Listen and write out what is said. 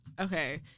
Okay